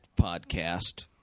podcast